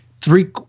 Three